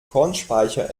kornspeicher